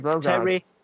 Terry